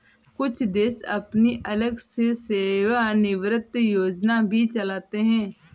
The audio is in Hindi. कुछ देश अपनी अलग से सेवानिवृत्त योजना भी चलाते हैं